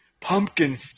pumpkin